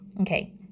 Okay